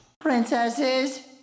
Princesses